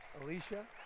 Alicia